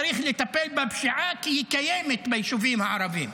צריך לטפל בפשיעה כי היא קיימת ביישובים הערביים.